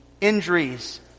injuries